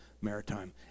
Maritime